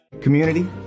Community